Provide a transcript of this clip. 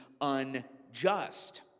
unjust